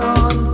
on